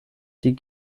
die